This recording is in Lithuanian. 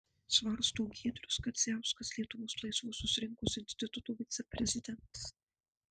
svarsto giedrius kadziauskas lietuvos laisvosios rinkos instituto viceprezidentas